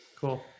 Cool